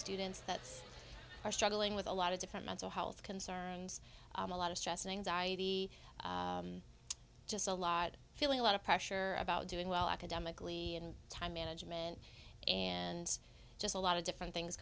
students that are struggling with a lot of different mental health concerns a lot of stress and anxiety just a lot feeling a lot of pressure about doing well academically and time management and just a lot of different things